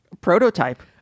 Prototype